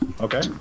Okay